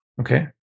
Okay